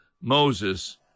Moses